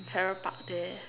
Farrer-Park there